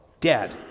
dead